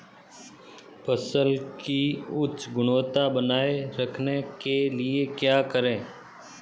फसल की उच्च गुणवत्ता बनाए रखने के लिए क्या करें?